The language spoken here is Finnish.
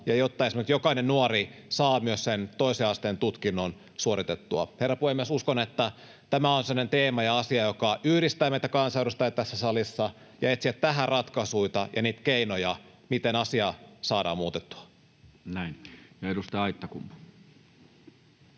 ja jotta esimerkiksi jokainen nuori saa myös sen toisen asteen tutkinnon suoritettua. Herra puhemies! Uskon, että tämä on semmoinen teema ja asia, joka yhdistää meitä kansanedustajia tässä salissa: etsiä tähän ratkaisuja ja niitä keinoja, miten asia saadaan muutettua. Näin. — Ja edustaja Aittakumpu.